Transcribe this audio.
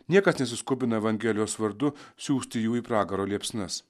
niekas nesiskubina evangelijos vardu siųsti jų į pragaro liepsnas